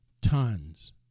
tons